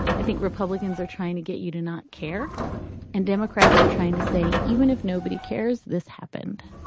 i think republicans are trying to get you to not care and democrats are trying to say, even if nobody cares, this happened